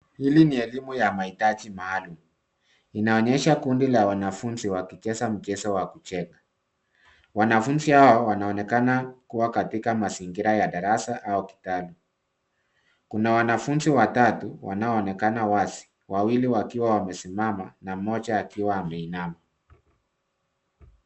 Hii ni elimu ya mahitaji maalum, inaonyesha kundi la wanafunzi wakicheza mchezo wa kujenga. Wanafunzi hawa wanaonekana kuwa katika mazingira ya darasa au kitalu. Kuna wnafunzi watatu wanao onekana wazi, wawili wakiwa wamesimama na mmoja akiwa ameinama.